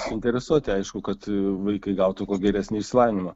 suinteresuoti aišku kad vaikai gautų kuo geresnį išsilavinimą